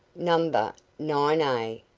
number nine a,